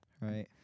right